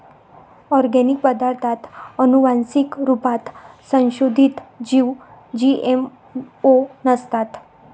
organic पदार्ताथ आनुवान्सिक रुपात संसोधीत जीव जी.एम.ओ नसतात